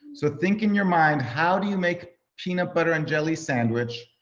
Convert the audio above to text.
so think in your mind, how do you make peanut butter and jelly sandwich?